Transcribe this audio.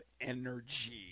energy